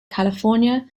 california